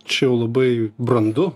čia jau labai brandu